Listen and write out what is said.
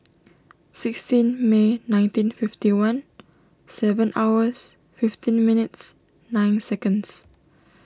sixteen May nineteen fifty one seven hours fifteen minutes nine seconds